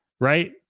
Right